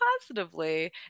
positively